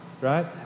Right